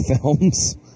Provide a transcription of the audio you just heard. films